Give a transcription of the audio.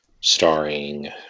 starring